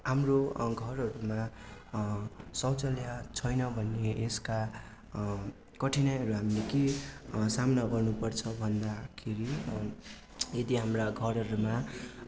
हाम्रो घरहरूमा शौचाल्य छैन भने यसका कठिनाइहरू हामीले के सामना गर्नु पर्छ भन्दाखेरि यदि हाम्रा घरहरूमा